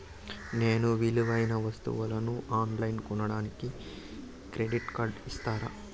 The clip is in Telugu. నేను విలువైన వస్తువులను ఆన్ లైన్లో కొనడానికి క్రెడిట్ కార్డు ఇస్తారా?